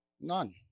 None